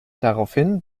daraufhin